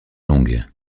longue